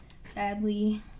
Sadly